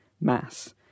mass